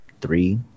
three